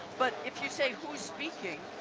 but if you say who's speaking,